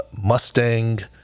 Mustang